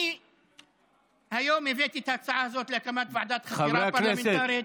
אני היום הבאתי את ההצעה הזאת להקמת ועדת חקירה פרלמנטרית,